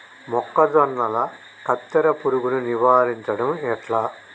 మొక్కజొన్నల కత్తెర పురుగుని నివారించడం ఎట్లా?